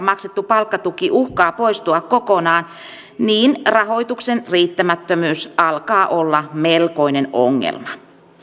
maksettu palkkatuki uhkaa poistua kokonaan niin rahoituksen riittämättömyys alkaa olla melkoinen ongelma